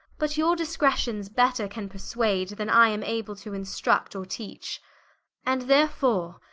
but your discretions better can perswade, then i am able to instruct or teach and therefore,